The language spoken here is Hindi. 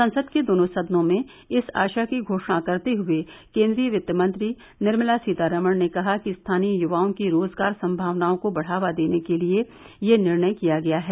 संसद के दोनों सदनों में इस आशय की घोषणा करते हुए केन्द्रीय वित्त मंत्री निर्मला सीमारामण ने कहा कि स्थानीय युवाओं की रोजगार संभावनाओं को बढ़ावा देने के लिए यह निर्णय किया गया है